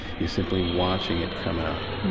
you're simply watching it come out.